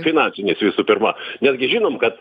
finansiniais visų pirma mes žinom kad